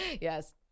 Yes